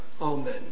Amen